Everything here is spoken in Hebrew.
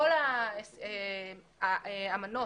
בכל האמנות